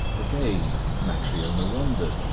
again matryona wondered,